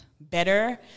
better